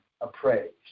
appraised